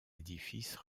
édifices